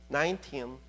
nineteen